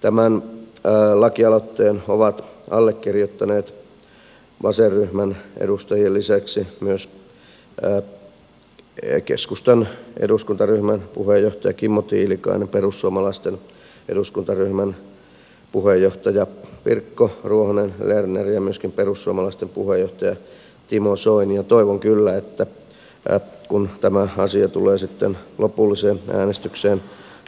tämän lakialoitteen ovat allekirjoittaneet vasenryhmän edustajien lisäksi myös keskustan eduskuntaryhmän puheenjohtaja kimmo tiilikainen perussuomalaisten eduskuntaryhmän puheenjohtaja pirkko ruohonen lerner ja myöskin perussuomalaisten puheenjohtaja timo soini ja toivon kyllä että kun tämä asia tulee sitten lopulliseen äänestykseen